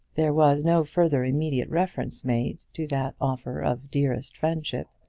there was no further immediate reference made to that offer of dearest friendship.